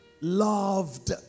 loved